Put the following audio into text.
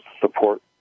support